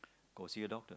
go see a doctor